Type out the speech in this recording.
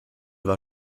war